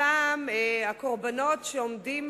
הפעם, הקורבנות שעומדים